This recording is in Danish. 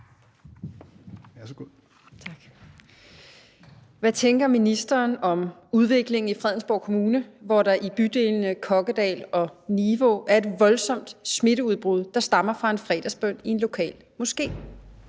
Hvad tænker ministeren om udviklingen i Fredensborg Kommune, hvor der i bydelene Kokkedal og Nivå er et voldsomt smitteudbrud, der stammer fra en fredagsbøn i en lokal moské?